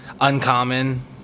uncommon